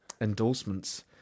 endorsements